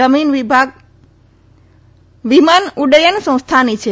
જમીન વિમાન ઉદ્દયન સંસ્થાની છે